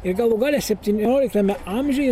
ir galų gale septynioliktame amžiuje